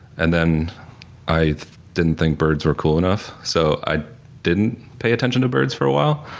and then i didn't think birds were cool enough, so i didn't pay attention to birds for a while.